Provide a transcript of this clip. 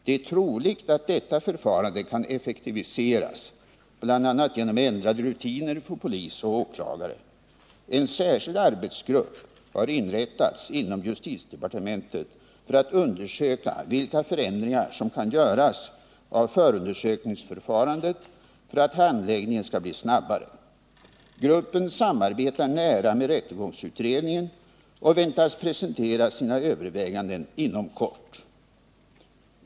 Det är troligt att detta förfarande kan effektiviseras, bl.a. genom att bekämpa våld och vandalism ändrade rutiner för polis och åklagare. En särskild arbetsgrupp har inrättats inom justitiedepartementet för att undersöka vilka förändringar som kan göras av förundersökningsförfarandet för att handläggningen skall bli snabbare. Gruppen samarbetar nära med rättegångsutredningen och väntas presentera sina överväganden inom kort.